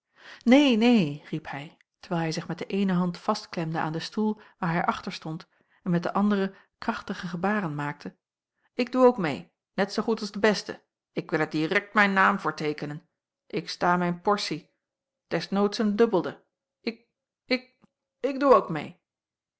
neen neen riep hij terwijl hij zich met de eene hand vastklemde aan den stoel waar hij achter stond en met de andere krachtige gebaren maakte ik doe ook meê net zoo goed als de beste ik wil er direkt mijn naam voor teekenen ik sta mijn portie des noods een dubbelde ik ik ik doe ook meê